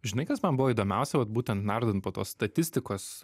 žinai kas man buvo įdomiausia vat būtent nardant po tos statistikos